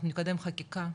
אנחנו נקדם חקיקה,